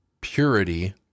purity